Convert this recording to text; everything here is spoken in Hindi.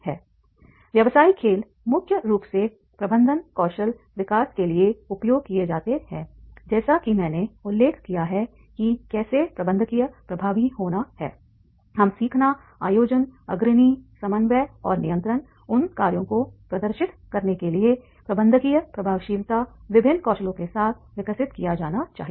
व्यावसायिक खेल मुख्य रूप से प्रबंधन कौशल विकास के लिए उपयोग किए जाते हैंजैसा कि मैंने उल्लेख किया है कि कैसे प्रबंधकीय प्रभावी होना है हम सीखना आयोजन अग्रणी समन्वय और नियंत्रण उन कार्यों को प्रदर्शित करने के लिए प्रबंधकीय प्रभावशीलता विभिन्न कौशलों के साथ विकसित किया जाना चाहिए